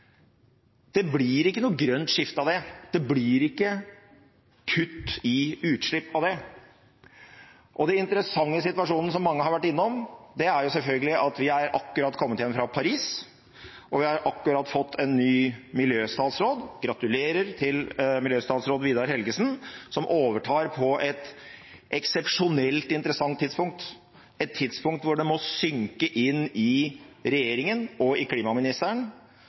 Det blir ikke noe grønt skifte av dette. Det blir ikke kutt i utslipp av det. Og den interessante situasjonen, som mange har vært innom, er selvfølgelig at vi akkurat har kommet hjem fra Paris, og vi har akkurat fått en ny miljøstatsråd – gratulerer til miljøstatsråd Vidar Helgesen, som overtar på et eksepsjonelt interessant tidspunkt, et tidspunkt hvor det må synke inn i regjeringen og i klimaministeren